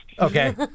Okay